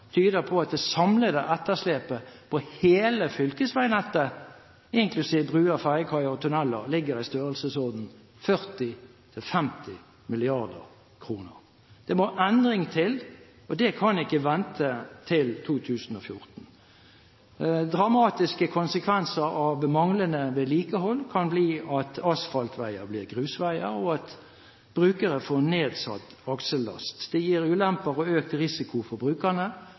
tyder på at det samlede etterslepet på hele fylkesveinettet, inklusiv bruer, ferjekaier og tunneler, ligger i størrelsesorden 40–50 mrd. kr. Det må endring til, og det kan ikke vente til 2014. Dramatiske konsekvenser av manglende vedlikehold kan bli at asfaltveier blir grusveier, og at brukere får nedsatt aksellast. Det gir ulemper og økt risiko for brukerne.